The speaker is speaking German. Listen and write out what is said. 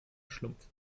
schlumpf